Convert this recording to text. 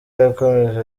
yakomeje